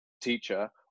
teacher